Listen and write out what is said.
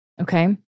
Okay